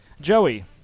Joey